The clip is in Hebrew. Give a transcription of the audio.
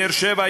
באר-שבע,